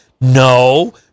No